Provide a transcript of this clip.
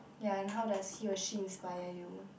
ya and how does he or she inspire you